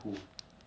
me too